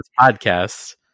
podcast